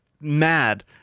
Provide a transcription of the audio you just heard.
mad